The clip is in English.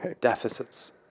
deficits